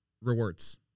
rewards